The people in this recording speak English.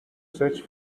search